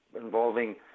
involving